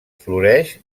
floreix